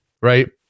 right